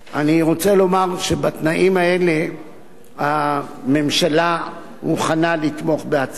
בתנאים האלה הממשלה מוכנה לתמוך בהצעת החוק.